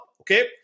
Okay